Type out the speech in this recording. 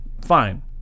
Fine